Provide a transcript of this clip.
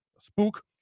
spook